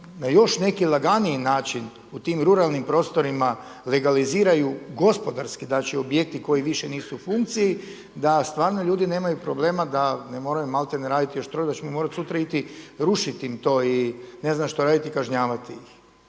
na još neki laganiji način u tim ruralnim prostorima legaliziraju gospodarski znači objekti koji više nisu u funkciji da stvarno ljudi nemaju problema da ne moraju maltene raditi još to da ćemo mi sutra morati ići rušiti im to i ne znam što raditi, kažnjavati ih.